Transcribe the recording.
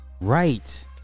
Right